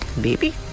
Baby